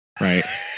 right